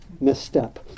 misstep